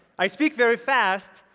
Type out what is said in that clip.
i speak very fast,